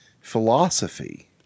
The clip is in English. Philosophy